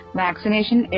vaccination